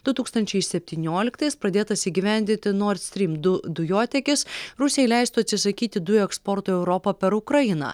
du tūkstančiai septynioliktais pradėtas įgyvendinti nord strym du dujotiekis rusijai leistų atsisakyti dujų eksporto į europą per ukrainą